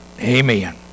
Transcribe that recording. Amen